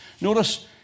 Notice